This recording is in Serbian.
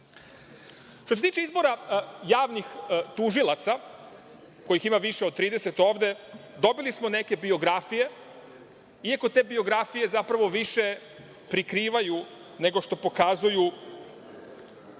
se tiče izbora javnih tužilaca, kojih ima više od 30 ovde, dobili smo neke biografije, iako te biografije zapravo više prikrivaju nego što pokazuju